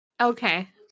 Okay